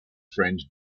friend